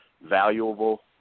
valuable